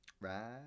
Right